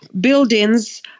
buildings